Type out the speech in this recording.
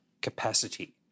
capacity